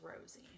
Rosie